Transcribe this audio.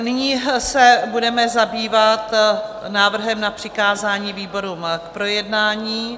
Nyní se budeme zabývat návrhem na přikázání výborům k projednání.